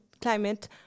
climate